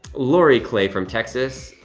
lori clay from texas,